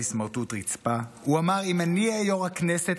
"סמרטוט רצפה"; הוא אמר: אם אני אהיה יו"ר הכנסת,